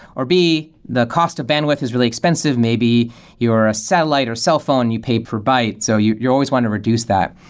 or b, the cost of bandwidth is really expensive. maybe you're a satellite, or cellphone, you pay per byte, so you always want to reduce that.